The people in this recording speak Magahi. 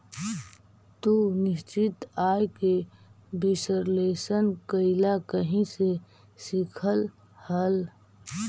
तू निश्चित आय के विश्लेषण कइला कहीं से सीखलऽ हल?